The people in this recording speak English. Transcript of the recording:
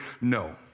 No